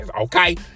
okay